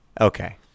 Okay